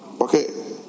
Okay